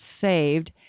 saved